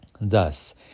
Thus